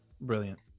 brilliant